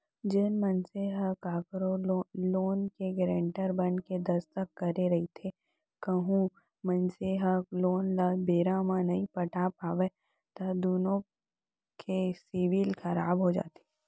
जेन मनसे ह कखरो लोन के गारेंटर बनके दस्कत करे रहिथे कहूं मनसे ह लोन ल बेरा म नइ पटा पावय त दुनो के सिविल खराब हो जाथे